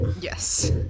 Yes